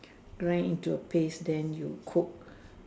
grind into a paste then you cook